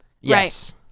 Yes